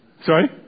Sorry